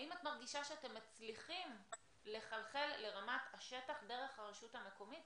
האם את מרגישה שאתם מצליחים לחלחל לרמת השטח דרך הרשות המקומית,